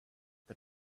the